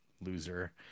loser